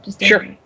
Sure